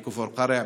בכפר קרע,